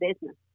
business